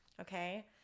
okay